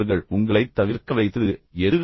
அவர்கள் உங்களைத் தவிர்க்க வைத்தது எது